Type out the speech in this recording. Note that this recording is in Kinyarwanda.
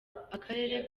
akarere